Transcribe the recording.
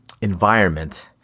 environment